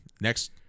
Next